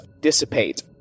dissipate